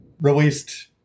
released